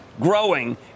growing